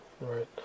right